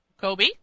Kobe